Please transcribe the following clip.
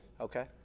Okay